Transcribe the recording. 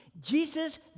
Jesus